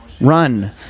run